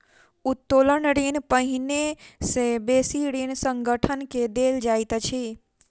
उत्तोलन ऋण पहिने से बेसी ऋणी संगठन के देल जाइत अछि